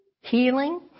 healing